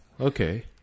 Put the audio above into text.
Okay